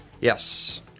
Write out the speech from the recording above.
Yes